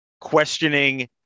questioning